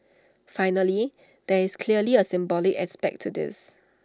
finally there is clearly A symbolic aspect to this